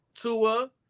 Tua